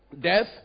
Death